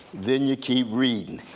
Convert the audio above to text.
then you keep reading.